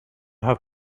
have